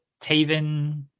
Taven